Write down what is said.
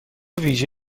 ویژه